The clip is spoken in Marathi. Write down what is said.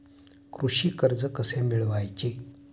कृषी कर्ज कसे मिळवायचे?